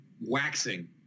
waxing